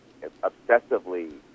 obsessively